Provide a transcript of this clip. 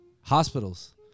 Hospitals